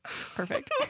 Perfect